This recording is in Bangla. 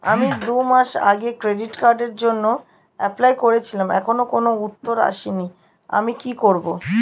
আমি দুমাস আগে ক্রেডিট কার্ডের জন্যে এপ্লাই করেছিলাম এখনো কোনো উত্তর আসেনি আমি কি করব?